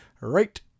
right